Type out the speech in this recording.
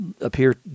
appear